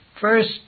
First